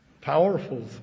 Powerful